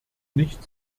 nicht